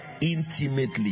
intimately